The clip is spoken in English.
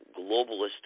globalist